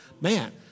Man